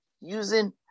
using